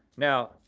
now,